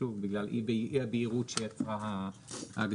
שוב בגלל אי הבהירות שיצרה ההגדרה,